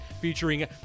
featuring